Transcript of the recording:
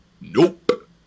Nope